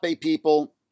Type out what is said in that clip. people